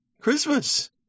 Christmas